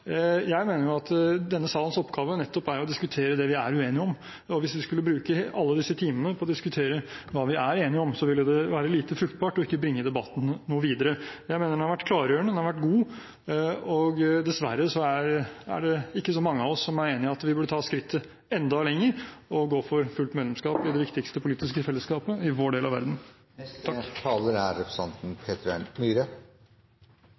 Jeg mener jo at denne salens oppgave nettopp er å diskutere det vi er uenige om. Hvis vi skulle bruke alle disse timene på å diskutere hva vi er enige om, ville det være lite fruktbart og ikke bringe debatten noe videre. Jeg mener at debatten har vært klargjørende og god. Dessverre er det ikke så mange av oss som er enige om at vi bør ta skrittet enda lenger og gå for fullt medlemskap i det viktigste politiske fellesskapet i vår del av verden. Representanten Peter N. Myhre har hatt ordet to ganger tidligere i debatten, og